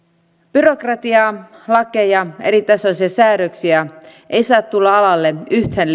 byrokratiaa lakeja eritasoisia säädöksiä ei saa tulla alalle yhtään